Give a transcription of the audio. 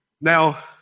Now